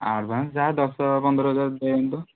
advance ଯାହା ଦଶ ପନ୍ଦର ହଜାର ଦିଅନ୍ତୁ